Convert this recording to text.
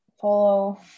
follow